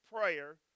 prayer